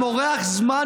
אתה מורח זמן מיותר.